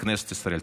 לכנסת ישראל.